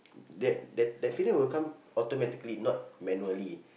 that that that feeling will come automatically not manually